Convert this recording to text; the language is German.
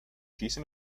schieße